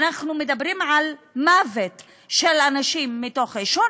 אנחנו מדברים על מוות של אנשים בגלל העישון,